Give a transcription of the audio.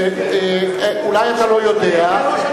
אולי אתה לא יודע,